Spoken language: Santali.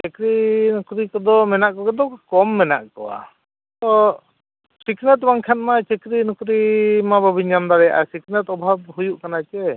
ᱪᱟᱹᱠᱨᱤ ᱱᱚᱠᱷᱨᱤ ᱠᱚᱫᱚ ᱢᱮᱱᱟᱜ ᱠᱚᱜᱮ ᱫᱚ ᱠᱚᱢ ᱢᱮᱱᱟᱜ ᱠᱚᱣᱟ ᱛᱚ ᱥᱤᱠᱷᱱᱟᱹᱛ ᱵᱟᱝ ᱠᱷᱟᱱᱢᱟ ᱪᱟᱹᱠᱨᱤ ᱱᱚᱠᱨᱤᱢᱟ ᱵᱟᱹᱵᱤᱱ ᱧᱟᱢ ᱫᱟᱲᱮᱭᱟᱜᱼᱟ ᱟᱨ ᱥᱤᱠᱷᱟᱹᱛ ᱚᱵᱷᱟᱵᱽ ᱦᱩᱭᱩᱜ ᱠᱟᱱᱟ ᱥᱮ